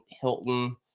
Hilton